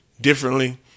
differently